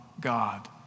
God